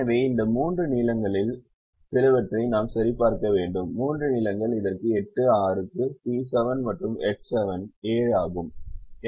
எனவே இந்த மூன்று நீளங்களில் சிலவற்றை நாம் சரிபார்க்க வேண்டும் மூன்று நீளங்கள் இதற்கு 8 6 க்கு C7 மற்றும் H7 7 ஆகும்